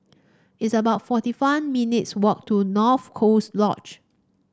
it's about forty one minutes' walk to North Coast Lodge